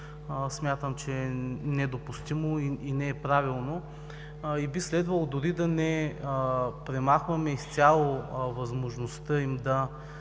смятам, че е недопустимо и не е правилно. Би следвало дори да не премахваме изцяло възможността им да